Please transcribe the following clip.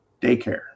Daycare